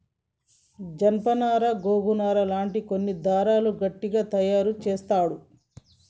జానప నారా గోగు నారా లాంటి కొన్ని దారాలు గట్టిగ తాయారు చెస్తాండ్లు